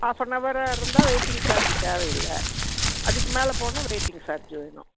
ஆஃப்பனவராக இருந்தால் waiting charge தேவை இல்லை அதுக்கு மேலே போனால் வெயிட்டிங் சார்ஜ் வேணும்